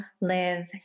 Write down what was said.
live